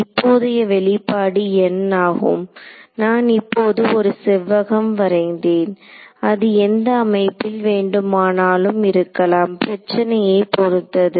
இப்போதைய வெளிப்பாடு n ஆகும் நான் இப்போது ஒரு செவ்வகம் வரைந்தேன் அது எந்த அமைப்பில் வேண்டுமானாலும் இருக்கலாம் பிரச்சினையை பொருத்தது